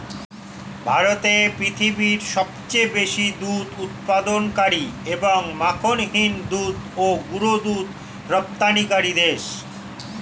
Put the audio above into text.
ভারত পৃথিবীর সবচেয়ে বেশি দুধ উৎপাদনকারী এবং মাখনহীন দুধ ও গুঁড়ো দুধ রপ্তানিকারী দেশ